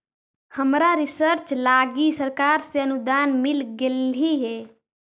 हमरा रिसर्च लागी सरकार से अनुदान मिल गेलई हे